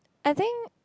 I think